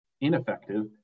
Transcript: ineffective